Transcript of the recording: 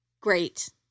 Great